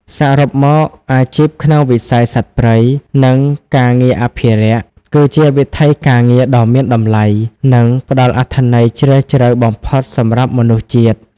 សរុបមក អាជីពក្នុងវិស័យសត្វព្រៃ និងការងារអភិរក្ស គឺជាវិថីការងារដ៏មានតម្លៃ និងផ្តល់អត្ថន័យជ្រាលជ្រៅបំផុតសម្រាប់មនុស្សជាតិ។